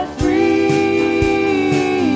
free